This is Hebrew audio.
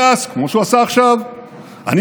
כמו שהוא עשה עכשיו: אני טייס,